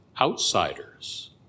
outsiders